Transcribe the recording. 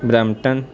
Brampton